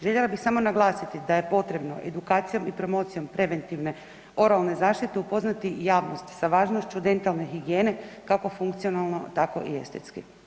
Željela bih samo naglasiti da je potrebno edukacijom i promocijom preventivne oralne zaštite upoznati javnost sa važnošću dentalne higijene kako funkcionalno tako i estetski.